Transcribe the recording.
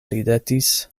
ridetis